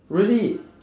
really